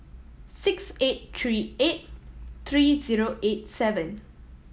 six eight three eight three zero eight seven